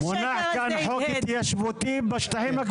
ווליד טאהא (רע"מ, הרשימה הערבית